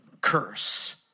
curse